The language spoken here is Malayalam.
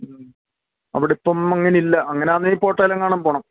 മ്മ് അവിടെ ഇപ്പം അങ്ങനെ ഇല്ല അങ്ങനയാണെ പോട്ടയിലെങ്ങാനും പോവണം